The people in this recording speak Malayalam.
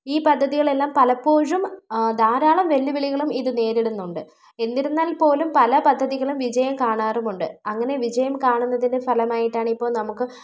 ഈ പദ്ധതികളൊല്ലാം പലപ്പോഴും ധാരാളം വെല്ലുവിളികളും ഇത് നേരിടുന്നുണ്ട് എന്നിരുന്നാല് പോലും പല പദ്ധതികളും വിജയം കാണാറുമുണ്ട് അങ്ങനെ വിജയം കാണുന്നതിന്റെ ഫലമായിട്ട് ആണ് ഇപ്പോൾ നമുക്ക്